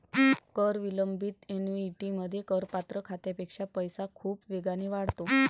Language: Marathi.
कर विलंबित ऍन्युइटीमध्ये, करपात्र खात्यापेक्षा पैसा खूप वेगाने वाढतो